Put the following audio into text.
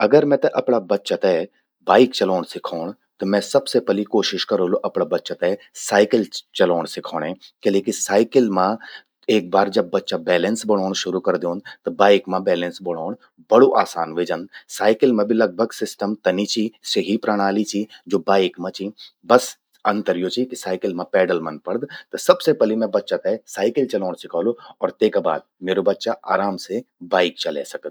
अगर मेते अपरा ब च्चा ते बाइक चलौंण सिखौंण, त मैं सबसे पलि कोशिश करोलू अपरा बच्चा ते साइकिल चलौंण सिखौंण। किले कि साइकिल मां एक बार जब बच्चा बैलेंस बणौंण शुरु कर द्योंद, त बाइक मां बैलेंस बणोण बड़ु आसान व्हे जंद। साइकिल मां भि लगभग सिस्टम तन्नि चि । स्या ही प्रणालि चटि, ज्वो बाइक मां चि। बस अतंर यो चि कि साइकिल मां पैडल मन्न पड़द। त सबसे पलि मैं बच्चा ते साइकिल चलौंण सिखौलु और तेका बाद म्येरु बच्चा आराम से साइकिल चलै सकद।